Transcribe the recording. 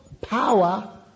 power